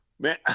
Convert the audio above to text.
Man